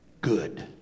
good